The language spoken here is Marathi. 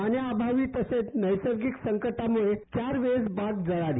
पाण्याअभावी तसंच नैसर्गिक संकटामुळे चाखेळेस बाग जळाली